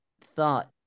thought